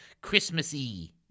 Christmassy